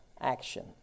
action